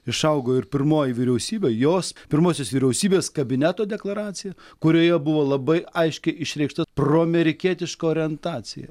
išaugo ir pirmoji vyriausybė jos pirmosios vyriausybės kabineto deklaracija kurioje buvo labai aiškiai išreikšta proamerikietiška orientacija